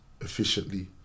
efficiently